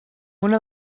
una